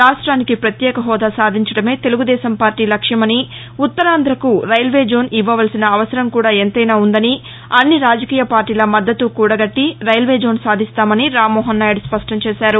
రాఫ్టానికి పత్యేక హోదా సాధించడమే తెలుగుదేశం పార్టీ లక్ష్యమని ఉత్తరాంధరకు రైల్వే జోన్ ఇవ్వవలసిన అవసరం కూడా ఎంతైన ఉందని అన్ని రాజకీయ పార్టీల మద్దతు కూడగట్టి రైల్వే జోన్ సాధిస్తామని రామ్మోహన్ నాయుడు స్పష్టం చేశారు